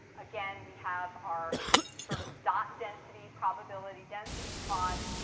again, we have our sort of dot density, probability density plot,